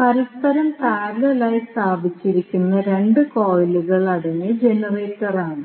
പരസ്പരം പാരലൽ ആയി സ്ഥാപിച്ചിരിക്കുന്ന 2 കോയിലുകൾ അടങ്ങിയ ജനറേറ്ററാണ്